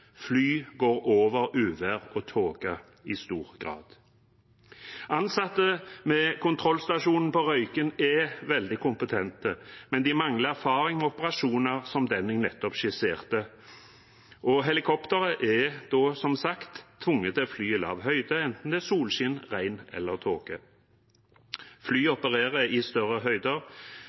Fly går i stor grad over uvær og tåke. Ansatte ved kontrollstasjonen på Røyken er veldig kompetente, men de mangler erfaring med operasjoner som slike jeg nettopp skisserte. Helikoptre er da, som sagt, tvunget til å fly i lav høyde, enten det er solskinn, regn eller tåke. Fly opererer i større høyder,